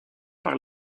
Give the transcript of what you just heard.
par